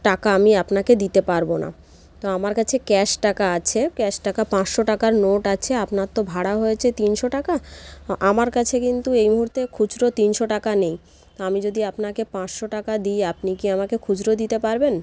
টাকা আমি আপনাকে দিতে পারব না তো আমার কাছে ক্যাশ টাকা আছে ক্যাশ টাকা পাঁচশো টাকার নোট আছে আপনার তো ভাড়া হয়েছে তিনশো টাকা আমার কাছে কিন্তু এই মুহূর্তে খুচরো তিনশো টাকা নেই তো আমি যদি আপনাকে পাঁচশো টাকা দিই আপনি কি আমাকে খুচরো দিতে পারবেন